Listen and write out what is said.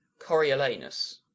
coriolanus